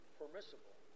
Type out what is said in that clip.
permissible